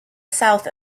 south